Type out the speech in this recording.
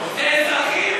נוסף.